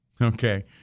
Okay